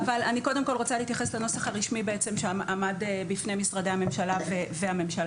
אני קודם כל רוצה להתייחס לנוסח הרשמי שעמד בפני משרדי הממשלה והממשלה.